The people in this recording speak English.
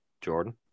Jordan